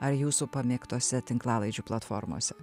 ar jūsų pamėgtose tinklalaidžių platformose